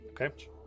Okay